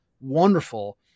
wonderful